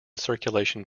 circulation